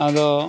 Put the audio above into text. ᱟᱫᱚ